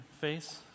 face